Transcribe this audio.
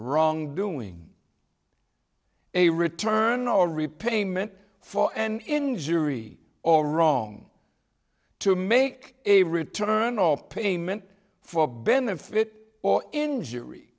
wrongdoing a return or repayment for an injury or wrong to make a return or payment for benefit or injury